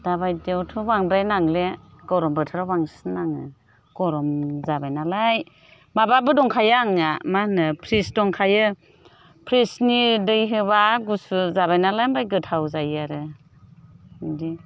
दा बायदियावथ' बांद्राय नांलिया गरम बोथोराव बांसिन नाङो गरम जाबाय नालाय माबाबो दंखायो आंनिया मा होनो फ्रिज दंखायो फ्रिजनि दै होबा गुसु जाबाय नालाय ओमफ्राय गोथाव जायो आरो बिदि